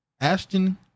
Ashton